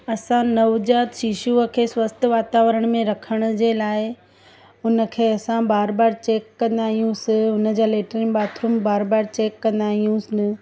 असां नवजात शिशुअ खे स्वस्थ वातावरण में रखण जे ला उनखे असां बार बार चेक कंदा आहियूं उनजा लैट्रिन बाथरूम बार बार चेक कंदा आहियूं न